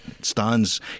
stands